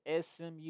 SMU